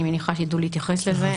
אני מניחה שידעו להתייחס לזה.